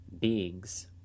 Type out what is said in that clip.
beings